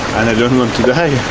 and i don't want to die